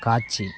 காட்சி